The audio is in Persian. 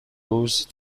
روز